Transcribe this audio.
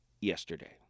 yesterday